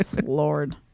Lord